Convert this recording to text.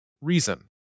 Reason